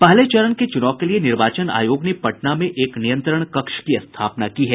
पहले चरण के चुनाव के लिए निर्वाचन आयोग ने पटना में एक नियंत्रण कक्ष की स्थापना की है